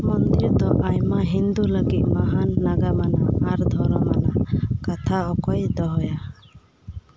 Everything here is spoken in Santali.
ᱢᱚᱱᱫᱤᱨ ᱫᱚ ᱟᱭᱢᱟ ᱦᱤᱱᱫᱩ ᱞᱟᱹᱜᱤᱫ ᱢᱟᱦᱟᱱ ᱱᱟᱜᱟᱢᱟᱱᱟᱜ ᱟᱨ ᱫᱷᱚᱨᱚᱢᱟᱱᱟᱜ ᱠᱟᱛᱷᱟᱠᱚᱭ ᱫᱚᱦᱚᱭᱟ